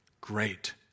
Great